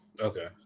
Okay